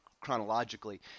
chronologically